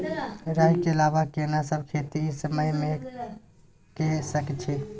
राई के अलावा केना सब खेती इ समय म के सकैछी?